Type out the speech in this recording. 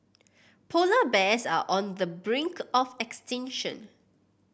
polar bears are on the brink of extinction